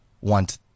want